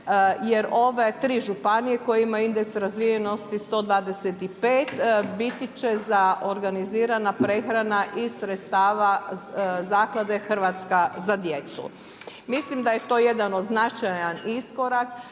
jer ove tri županije kojima je indeks razvijenosti 125 biti će za organizirana prehrana iz sredstava Zaklade Hrvatska za djecu. Mislim da je to jedan značajan iskorak